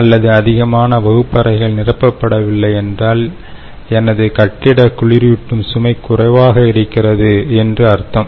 அல்லது அதிகமான வகுப்பறைகள் நிரப்பப்படவில்லை என்றால் எனது கட்டிட குளிரூட்டும் சுமை குறைவாக இருக்கிறது என்று அர்த்தம்